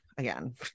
Again